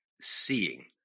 seeing